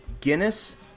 Guinness